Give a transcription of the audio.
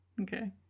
Okay